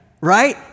Right